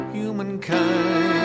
humankind